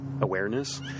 awareness